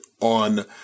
on